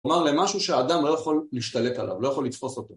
כלומר, למשהו שהאדם לא יכול להשתלט עליו, לא יכול לתפוס אותו.